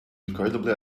incredibly